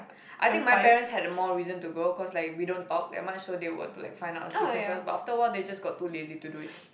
I think my parents had a more reason to go cause like we don't talk that much so they want to like find out what's the difference but after a while they just got too lazy to do it